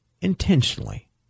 intentionally